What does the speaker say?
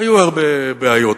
היו הרבה בעיות.